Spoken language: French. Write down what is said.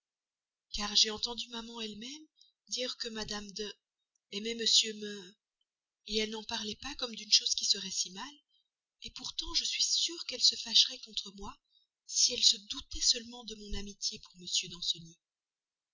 car j'ai entendu maman elle-même dire que mme d aimait m m elle n'en parlait pas comme d'une chose qui serait si mal pourtant je suis sûre qu'elle se fâcherait contre moi si elle se doutait seulement de mon amitié pour m